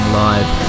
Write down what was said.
live